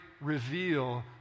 reveal